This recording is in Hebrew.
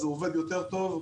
זה עובד יותר טוב.